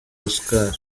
oscar